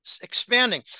expanding